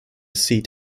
seat